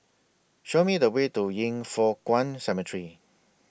Show Me The Way to Yin Foh Kuan Cemetery